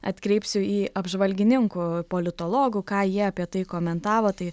atkreipsiu į apžvalgininkų politologų ką jie apie tai komentavo tai